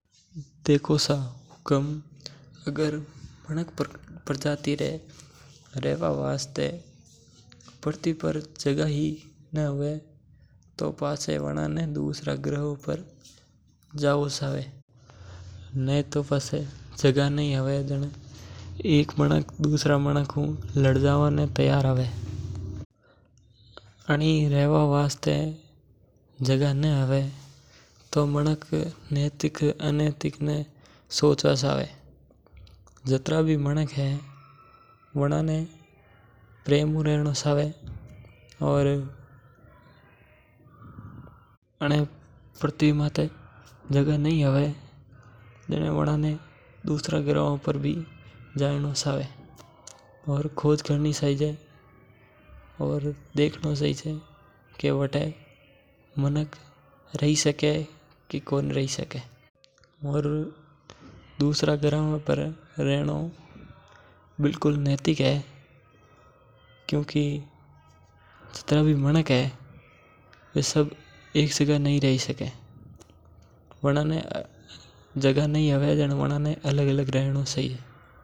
देखो सा हुक्म अगर मानव प्रजाती रे रेवा हारु पृथ्वी पर जगह ही नीं हीवे तो दुसरे ग्रह पर जावणो चाहिये। अगर जगह कम होई ज्णा मानव आपस में लड़ने मार जाएं आनी रेवा वास्ते जगह ना हीवे आनी मानव नैतिक अनैतिक सौव्हवा चावे। सब मनका ने प्रेम हवा रेवनो चाहिये।